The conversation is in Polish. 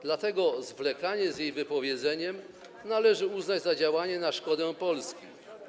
Dlatego zwlekanie z jej wypowiedzeniem należy uznać za działanie na szkodę Polski.